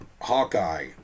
Hawkeye